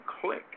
click